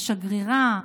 השגרירה,